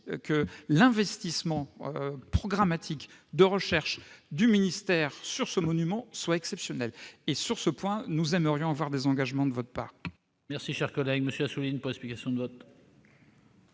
que l'investissement programmatique de recherche sur ce monument soit exceptionnel. Sur ce point, nous aimerions avoir des engagements de votre part. La parole est à M. David Assouline, pour explication de vote.